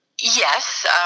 Yes